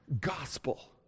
gospel